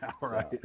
right